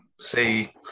say